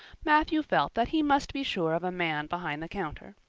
matthew felt that he must be sure of a man behind the counter.